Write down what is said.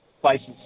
places